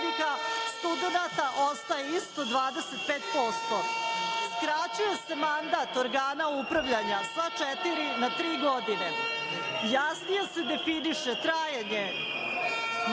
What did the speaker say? studenata ostaju isti 25%.Skraćuje se mandat organa upravljanja sva četiri na tri godine. Jasnije se definiše trajanje